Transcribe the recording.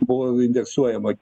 buvo indeksuojama